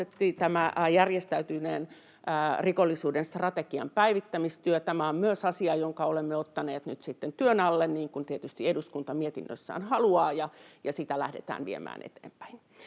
tämä järjestäytyneen rikollisuuden strategian päivittämistyö. Tämä on myös asia, jonka olemme ottaneet nyt sitten työn alle, niin kuin tietysti eduskunta mietinnössään haluaa, ja sitä lähdetään viemään eteenpäin.